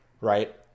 right